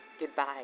Goodbye